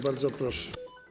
Bardzo proszę.